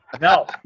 no